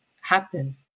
happen